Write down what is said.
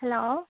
hello